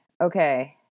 okay